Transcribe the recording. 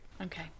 okay